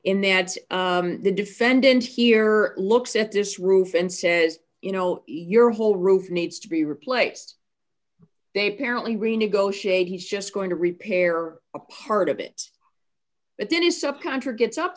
in that the defendant here looks at this roof and says you know your whole roof needs to be replaced they parent renegotiate he's just going to repair a part of it but then he said contra gets up